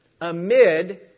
amid